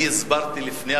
אני מכבד,